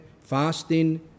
fasting